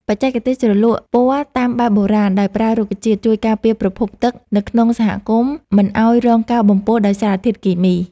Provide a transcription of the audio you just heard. បច្ចេកទេសជ្រលក់ពណ៌តាមបែបបុរាណដោយប្រើរុក្ខជាតិ ជួយការពារប្រភពទឹកនៅក្នុងសហគមន៍មិនឱ្យរងការបំពុលដោយសារធាតុគីមី។